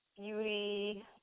beauty